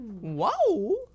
Whoa